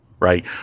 Right